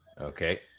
Okay